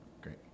Great